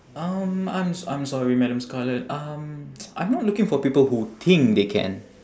um I'm s~ I'm sorry madam scarlet um I'm not looking for people who think they can